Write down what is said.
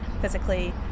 physically